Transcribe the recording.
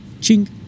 Ching